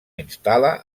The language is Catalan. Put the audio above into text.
instal·la